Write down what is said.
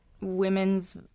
women's